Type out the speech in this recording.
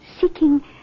seeking